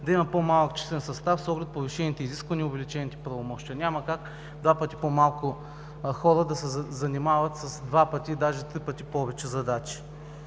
да има по-малък числен състав с оглед повишените изисквания и увеличените правомощия. Няма как два пъти по-малко хора да се занимават с два пъти дори три пъти повече задачи.